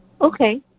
Okay